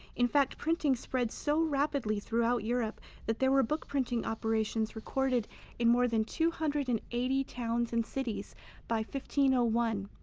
in fact, printing spread so rapidly throughout europe that there were book printing operations recorded in more than two hundred and eighty towns and cities by ah one